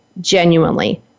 genuinely